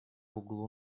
углу